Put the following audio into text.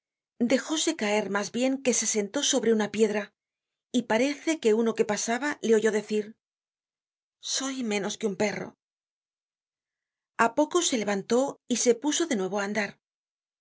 miserable dejóse caer mas bien que se sentó sobre una piedra y pareceque uno que pasaba le oyó decir soy menos que un perro a poco se levantó y se puso de nuevo á andar